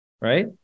right